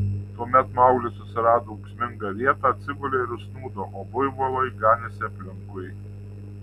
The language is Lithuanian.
tuomet mauglis susirado ūksmingą vietą atsigulė ir užsnūdo o buivolai ganėsi aplinkui